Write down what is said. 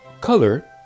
Color